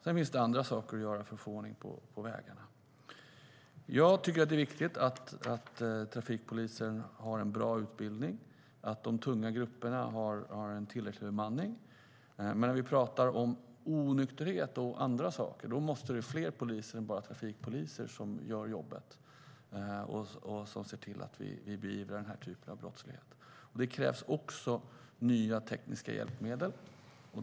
Sedan finns det andra saker att göra för att få ordning på trafiken på vägarna. Det krävs också nya tekniska hjälpmedel.